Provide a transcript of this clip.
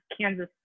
Kansas